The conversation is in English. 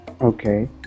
Okay